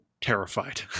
terrified